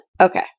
Okay